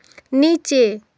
নিচে